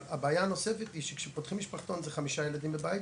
אבל הבעיה הנוספת היא שכשפותחים משפחתון זה חמישה ילדים בבית,